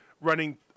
running